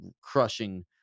crushing